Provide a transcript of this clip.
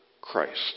Christ